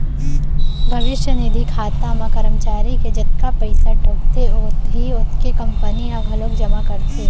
भविस्य निधि खाता म करमचारी के जतका पइसा कटउती होथे ओतने कंपनी ह घलोक जमा करथे